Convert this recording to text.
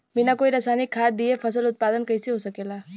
बिना कोई रसायनिक खाद दिए फसल उत्पादन कइसे हो सकेला?